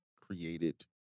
created